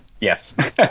yes